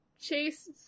Chase